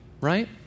right